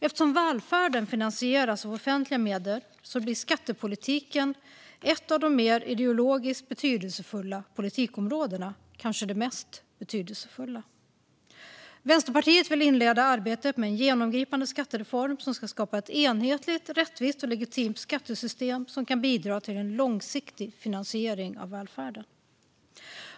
Eftersom välfärden finansieras av offentliga medel blir skattepolitiken ett av de mer ideologiskt betydelsefulla politikområdena, kanske det mest betydelsefulla. Vänsterpartiet vill inleda arbetet med en genomgripande skattereform som ska skapa ett enhetligt, rättvist och legitimt skattesystem som kan bidra till en långsiktig finansiering av välfärden.